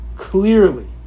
Clearly